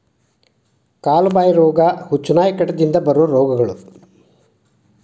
ಕಾಲು ಬಾಯಿ ರೋಗಾ, ಹುಚ್ಚುನಾಯಿ ಕಡಿತದಿಂದ ಬರು ರೋಗಗಳು